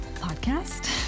podcast